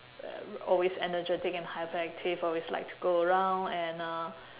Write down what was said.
always energetic and hyperactive always like to go around and uh